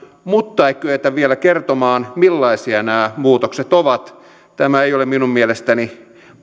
mutta ei kyetä vielä kertomaan millaisia nämä muutokset ovat tämä ei ole minun mielestäni